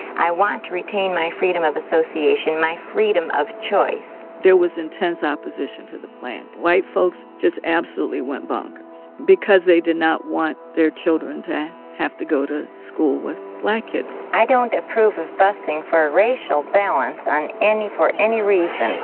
i want to retain my freedom of association, my freedom of choice there was intense opposition to the plan. white folks just absolutely went bonkers because they did not want their children to have to go to school with black kids i don't approve of busing for racial balance on any for any reason